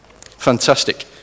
Fantastic